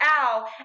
ow